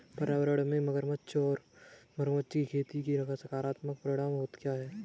पर्यावरण में मगरमच्छ की खेती के सकारात्मक परिणाम क्या हैं?